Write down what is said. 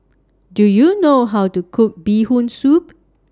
Do YOU know How to Cook Bee Hoon Soup